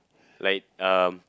like um